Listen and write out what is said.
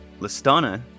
Listana